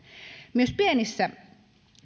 myös pienissä